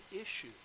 issue